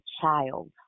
child